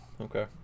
Okay